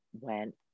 went